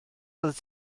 oeddet